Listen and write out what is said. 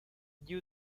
due